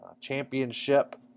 Championship